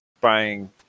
buying